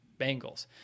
Bengals